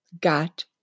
got